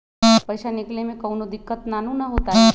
पईसा निकले में कउनो दिक़्क़त नानू न होताई?